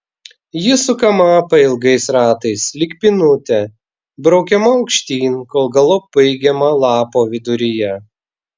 ji sukama pailgais ratais lyg pynutė braukiama aukštyn kol galop baigiama lapo viduryje